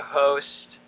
host